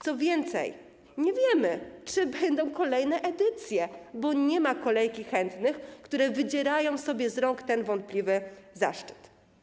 Co więcej, nie wiemy, czy będą kolejne edycje, bo nie ma kolejki chętnych, którzy wydzierają sobie z rąk ten wątpliwy zaszczyt.